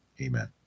Amen